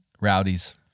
Rowdies